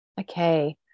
okay